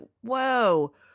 whoa